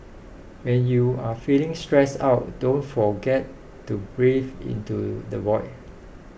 when you are feeling stressed out don't forget to breathe into the void